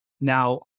Now